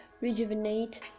rejuvenate